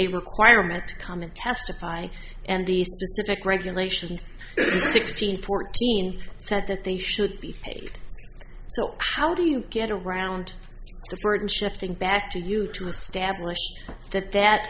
a requirement to come and testify and the specific regulations sixteen fourteen said that they should be paid so how do you get around the burden shifting back to you to establish that that